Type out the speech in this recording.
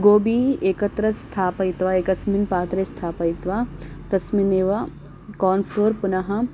गोबी एकत्र स्थापयित्वा एकस्मिन् पात्रे स्थापयित्वा तस्मिन्नेव कान् फ़्लोर् पुनः